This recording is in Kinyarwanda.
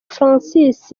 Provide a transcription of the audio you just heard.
francis